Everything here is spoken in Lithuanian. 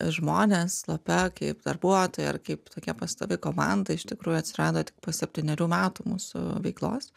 žmonės lape kaip darbuotojai ar kaip tokia pastovi komanda iš tikrųjų atsirado tik po septynerių metų mūsų veiklos